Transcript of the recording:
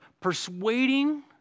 persuading